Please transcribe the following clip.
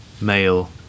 male